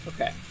okay